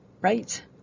Right